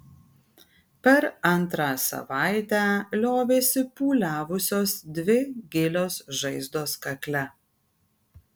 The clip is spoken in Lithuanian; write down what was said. per antrą savaitę liovėsi pūliavusios dvi gilios žaizdos kakle